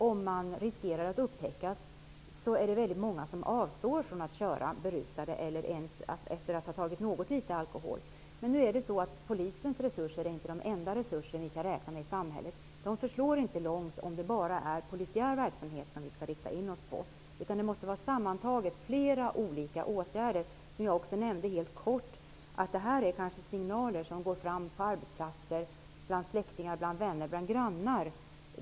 Om man riskerar att upptäckas är det väldigt många som avstår från att köra berusade eller efter att ha tagit endast litet alkohol. Polisens resurser är emellertid inte de enda resurser vi kan räkna med i samhället. Det förslår inte långt om det bara är polisiär verksamhet som vi skall rikta in oss på, utan det måste vara fråga om flera olika åtgärder sammantaget. Som jag helt kort nämnde är detta signaler som kanske går fram på arbetsplatser, bland släktingar, vänner och grannar.